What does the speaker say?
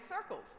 circles